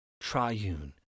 triune